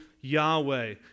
Yahweh